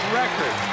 record